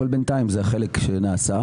אבל בינתיים זה החלק שנעשה.